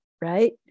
right